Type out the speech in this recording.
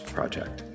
Project